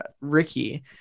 Ricky